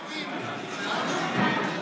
הוא גם מינה הרבה אנשים טובים.